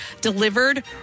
delivered